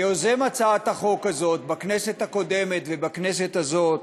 כיוזם הצעת החוק הזאת בכנסת הקודמת ובכנסת הזאת,